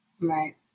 Right